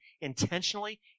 intentionally